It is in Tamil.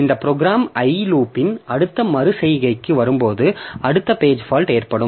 இந்த ப்ரோகிராம் i லூப்பின் அடுத்த மறு செய்கைக்கு வரும்போது அடுத்த பேஜ் பால்ட் ஏற்படும்